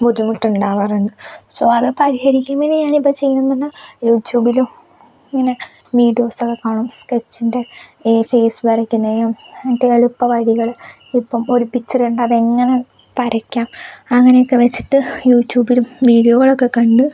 ബുദ്ധിമുട്ടുണ്ടാകാറുണ്ട് so അത് പരിഹരിക്കുകയാണ് ഇപ്പോൾ ചെയ്യുന്നത് യൂട്യൂബിലും ഇങ്ങനെ വീഡിയോസൊക്കെ കാണും സ്കെച്ചിന്റെ ഈ ഫേസ് വരയ്ക്കുന്നതിനും മറ്റ് എളുപ്പവഴികൾ ഇപ്പം ഒരു പിക്ചർ കണ്ടാൽ അതെങ്ങനെ വരയ്ക്കാം അങ്ങനെയൊക്കെ വെച്ചിട്ട് യൂട്യൂബിലും വീഡിയോകളൊക്കെ കണ്ട്